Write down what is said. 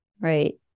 Right